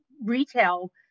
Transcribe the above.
retail